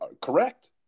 Correct